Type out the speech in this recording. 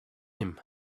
him